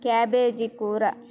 cabbage కూర